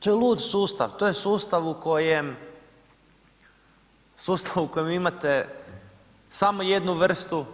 To je lud sustav, to je sustav u kojem, sustav u kojem imate samo jednu vrstu